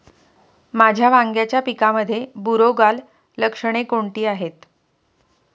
माझ्या वांग्याच्या पिकामध्ये बुरोगाल लक्षणे कोणती आहेत?